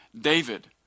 David